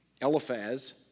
Eliphaz